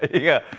yeah.